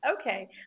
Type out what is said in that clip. Okay